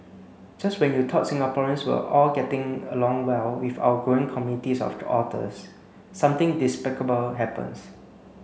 just when you thought Singaporeans were all getting along well with our growing communities of otters something despicable happens